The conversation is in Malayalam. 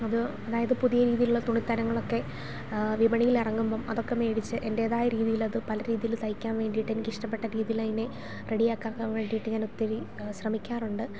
അത് അതായത് പുതിയ രീതിയിലുള്ള തുണിത്തരങ്ങളൊക്കെ വിപണിയിൽ ഇറങ്ങുമ്പം അതൊക്കെ മേടിച്ചു എൻ്റേതായ രീതീൽ അത് പല രീതിയിൽ തയ്ക്കാൻ വേണ്ടിയിട്ട് എനിക്ക് ഇഷ്ടപ്പെട്ട രീതീൽ അതിനെ റെഡി ആക്കാൻ വേണ്ടിയിട്ട് ഞാൻ ഒത്തിരി ശ്രമിക്കാറുണ്ട്